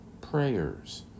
prayers